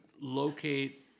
locate